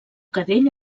cadell